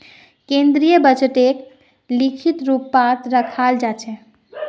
केन्द्रीय बजटक लिखित रूपतत रखाल जा छेक